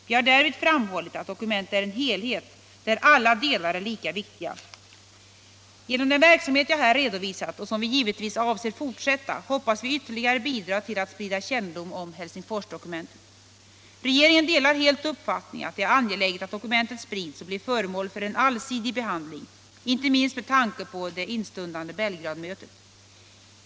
Vi har därvid framhållit att dokumentet är en helhet, där alla delar är lika viktiga. Genom den verksamhet jag här redovisat — och som vi givetvis avser att fortsätta — hoppas vi ytterligare bidra till att sprida kännedom om Helsingforsdokumentet. Regeringen delar helt uppfattningen att det är angeläget att dokumentet sprids och blir föremål för en allsidig behandling, inte minst med tanke på det instundande Belgradmötet.